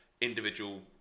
individual